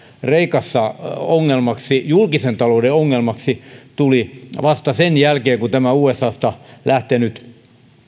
kreikassa julkisen talouden ongelmaksi tämä tuli vasta sen jälkeen kun tämä usasta lähtenyt